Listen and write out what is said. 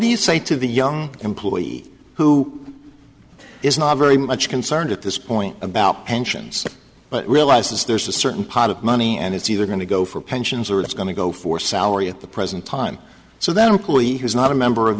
do you say to the young employee who is not very much concerned at this point about pensions but realizes there's a certain pot of money and it's either going to go for pensions or it's going to go for salary at the present time so that employee who's not a member of